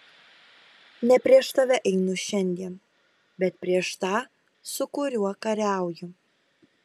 ne prieš tave einu šiandien bet prieš tą su kuriuo kariauju